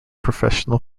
professional